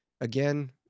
again